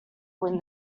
win